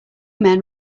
men